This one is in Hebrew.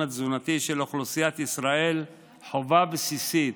התזונתי של אוכלוסיית ישראל חובה בסיסית